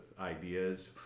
ideas